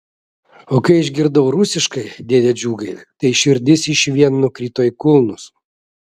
o kai išgirdau rusiškai dėde džiugai tai širdis išvien nukrito į kulnus